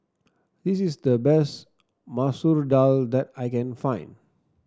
this is the best Masoor Dal that I can find